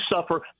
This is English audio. suffer